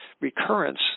recurrence